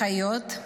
אחיות,